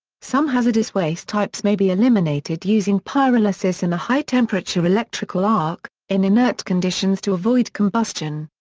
some hazardous waste types may be eliminated using pyrolysis in a high temperature electrical arc, in inert conditions to avoid combustion.